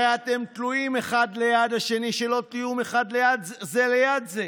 הרי אתם תלויים אחד ליד השני, שלא תהיו זה ליד זה.